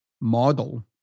model